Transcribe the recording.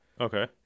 okay